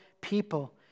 people